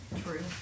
True